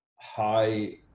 high